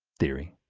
theory.